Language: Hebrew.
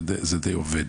זה די עובד.